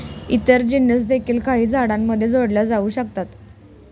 इतर जीन्स देखील काही झाडांमध्ये जोडल्या जाऊ शकतात